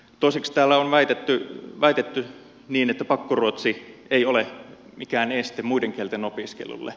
toiseksi täällä on väitetty että pakkoruotsi ei ole mikään este muiden kielten opiskelulle